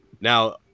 Now